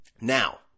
Now